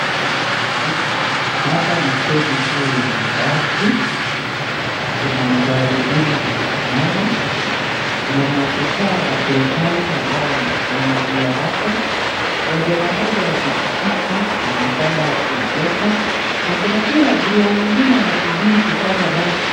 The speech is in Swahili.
Hapa ni steji kuu ya mabasi. Kuna magari mbili zimesimama. Kuna maafisa wa serikali ambao wamesimama pia hapo. Kuna jamaa mmoja wa pikipiki amepanda akiondoka na kuna pia abiria wengine wanasubiri kupanda basi.